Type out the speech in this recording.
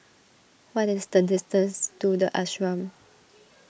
what is the distance to the Ashram